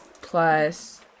plus